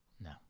No